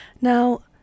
Now